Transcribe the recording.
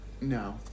No